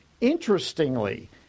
Interestingly